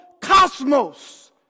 cosmos